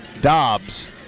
Dobbs